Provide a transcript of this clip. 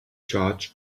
charge